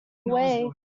away